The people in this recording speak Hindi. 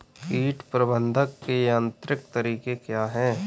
कीट प्रबंधक के यांत्रिक तरीके क्या हैं?